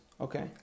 okay